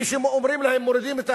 כשאומרים להם שמורידים,